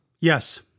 Yes